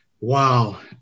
Wow